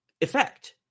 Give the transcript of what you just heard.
effect